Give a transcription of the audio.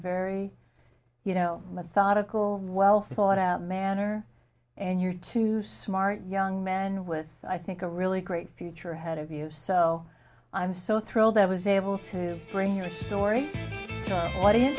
very you know methodical well thought out manner and you're too smart young man with i think a really great future ahead of you so i'm so thrilled i was able to bring your story